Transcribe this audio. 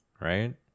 right